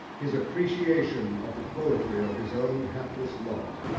his appreciation of the poetry of his own hapless lot,